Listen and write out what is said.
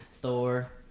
Thor